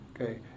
okay